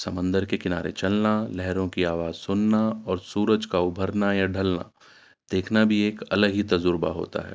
سمندر کے کنارے چلنا لہروں کی آواز سننا اور سورج کا ابھرنا یا ڈھلنا دیکھنا بھی ایک ال ہی تجربہ ہوتا ہے